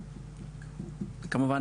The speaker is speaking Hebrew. כמובן,